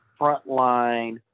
frontline